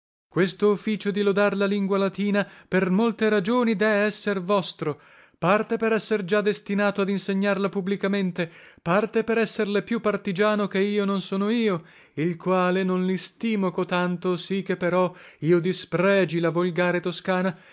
questo officio di lodar la lingua latina per molte ragioni dee esser vostro parte per esser già destinato ad insegnarla publicamente parte per esserle più partigiano che io non sono io il quale non listimo cotanto sì che però io dispregi la volgare toscana